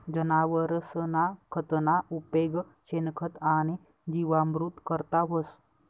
जनावरसना खतना उपेग शेणखत आणि जीवामृत करता व्हस